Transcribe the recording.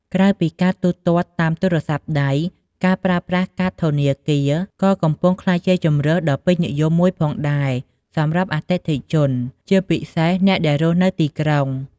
ក្រៅពីការទូទាត់តាមទូរស័ព្ទដៃ ការប្រើប្រាស់ កាតធនាគារ ក៏កំពុងក្លាយជាជម្រើសដ៏ពេញនិយមមួយផងដែរ សម្រាប់អតិថិជនជាពិសេសអ្នកដែលរស់នៅទីក្រុង។